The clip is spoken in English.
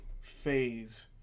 phase